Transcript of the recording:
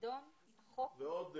עוד נושא.